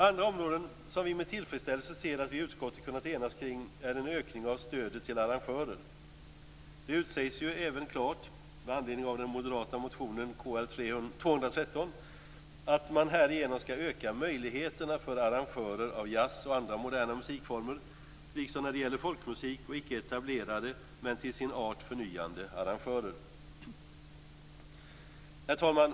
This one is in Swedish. Andra områden som vi moderater med tillfredsställelse sett att utskottet har kunnat enas kring är en ökning av stödet till arrangörer. Det sägs klart - med anledning av den moderata motionen Kr213 - att man härigenom skall öka möjligheterna för arrangörer av jazz och andra moderna musikformer liksom när det gäller folkmusik och icke-etablerade men till sin art förnyande arrangörer. Herr talman!